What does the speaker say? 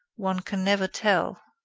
one can never tell,